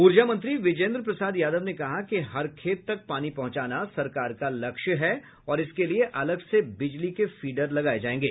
ऊर्जा मंत्री बिजेन्द्र प्रसाद यादव ने कहा कि हर खेत तक पानी पहुंचाना सरकार का लक्ष्य है और इसके लिए अलग से बिजली के फीडर लगाये जायेंगे